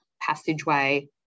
passageway